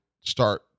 start